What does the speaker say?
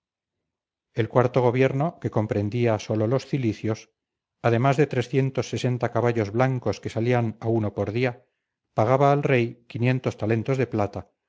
el cuarto gobierno que comprendía solo los cilicios además de caballos blancos que salían a uno por día pagaba al rey talentos de plata